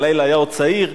הלילה היה עוד צעיר.